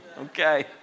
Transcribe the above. Okay